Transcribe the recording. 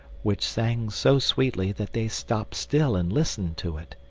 which sang so sweetly that they stopped still and listened to it.